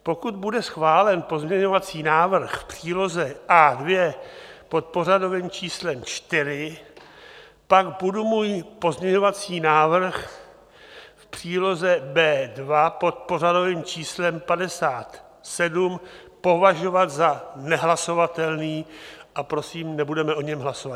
Pokud bude schválen pozměňovací návrh v příloze A2 pod pořadovým číslem 4, pak budu můj pozměňovací návrh v příloze B2 pod pořadovým číslem 57 považovat za nehlasovatelný a prosím, nebudeme o něm hlasovat.